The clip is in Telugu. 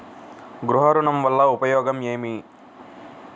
గృహ ఋణం వల్ల ఉపయోగం ఏమి?